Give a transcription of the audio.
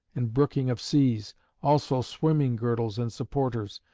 and brooking of seas also swimming-girdles and supporters.